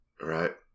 Right